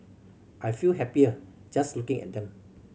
I feel happier just looking at them